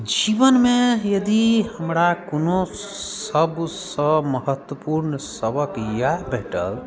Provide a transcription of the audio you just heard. जीवनमे यदि हमरा कोनो सभसँ महत्वपूर्ण सबक इएहे भेटल